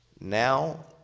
Now